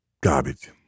Garbage